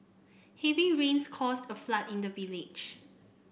heavy rains caused a flood in the village